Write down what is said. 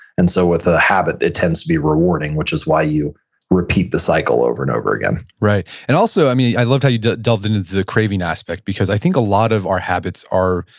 and so with a habit, it tends to be rewarding, which is why you repeat the cycle over and over again right, and also i loved how you delved into the craving aspect. because i think a lot our habits are,